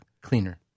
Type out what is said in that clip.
cleaner